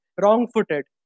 wrong-footed